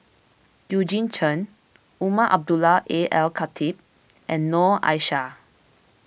Eugene Chen Umar Abdullah Al Khatib and Noor Aishah